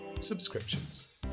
subscriptions